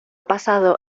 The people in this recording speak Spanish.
pasado